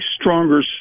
stronger